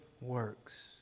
works